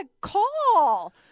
call